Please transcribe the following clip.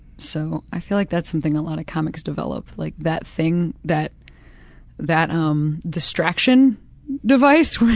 so i feel like that's something a lot of comics develop, like that thing, that that um distraction device where